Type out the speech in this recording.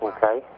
Okay